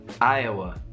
Iowa